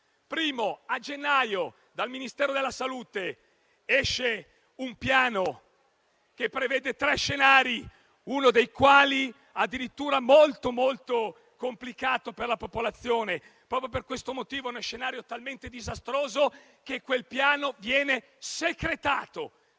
a gennaio dal Ministero della salute esce un piano di emergenza che prevede tre scenari, uno dei quali molto complicato per la popolazione. Proprio per questo motivo, lo scenario è talmente disastroso che quel piano viene secretato.